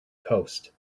coast